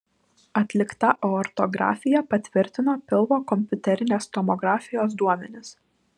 atlikta aortografija patvirtino pilvo kompiuterinės tomografijos duomenis